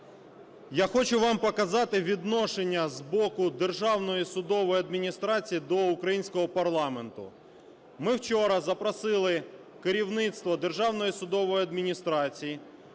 Я хочу вам показати відношення з боку Державної судової адміністрації до українського парламенту. Ми вчора запросили керівництво Державної судової адміністрації